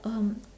um